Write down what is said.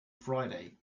friday